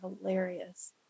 hilarious